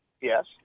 Yes